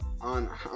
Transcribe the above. on